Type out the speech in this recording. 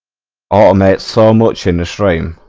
ah um eight so much in the stream